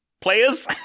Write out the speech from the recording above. players